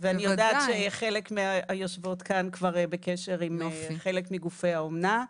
אני יודעת שחלק מהיושבות כאן כבר בקשר עם חלק מגופי האומנה.